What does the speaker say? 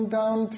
down